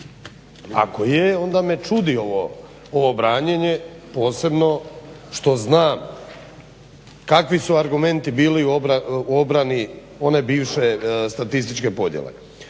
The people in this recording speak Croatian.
Ako je onda me čudi ovo branjenje, posebno što znam kakvi su argumenti bili u obrani one bivše statističke podjele.